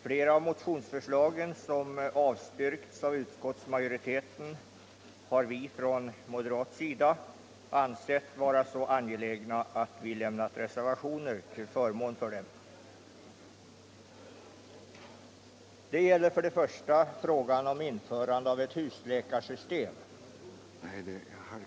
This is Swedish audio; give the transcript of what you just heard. Flera av de motionsförslag som avstyrkts av utskottsmajoriteten har vi från moderat sida ansett vara så angelägna att vi avgivit reservationer till förmån för dem. Den första reservationen handlar om införande av ett husläkarsystem.